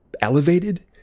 elevated